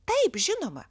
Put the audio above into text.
taip žinoma